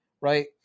right